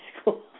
school